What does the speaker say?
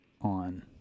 on